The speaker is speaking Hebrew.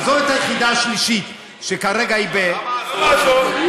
עזוב את היחידה השלישית, שכרגע היא, למה עזוב?